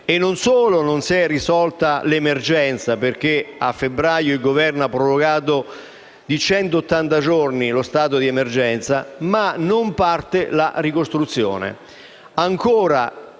Non solo non si è risolta l'emergenza (perché a febbraio il Governo ha prorogato di centottanta giorni lo stato di emergenza), ma neppure parte la ricostruzione: